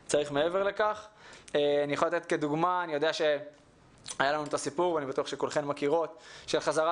כדוגמה אני אתן את הסיפור של חזרת